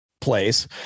place